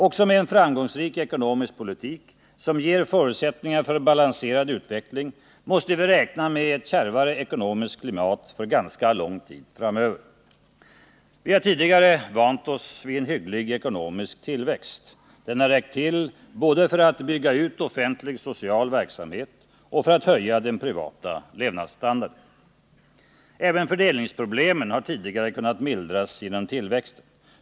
Också med en framgångsrik ekonomisk politik, som ger förutsättningar för en balanserad utveckling, måste vi räkna med ett kärvare ekonomiskt klimat för ganska lång tid framöver. Vi har tidigare vant oss vid en hygglig ekonomisk tillväxt — den har räckt till både för att bygga ut offentlig social verksamhet och för att höja den privata levnadsstandarden. Även fördelningsproblemen har kunnat mildras genom tillväxten.